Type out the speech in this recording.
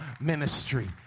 ministry